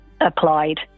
applied